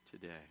today